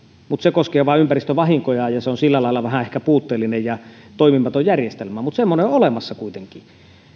mutta se koskee vain ympäristövahinkoja ja se on sillä lailla vähän ehkä puutteellinen ja toimimaton järjestelmä mutta semmoinen on olemassa kuitenkin